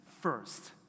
first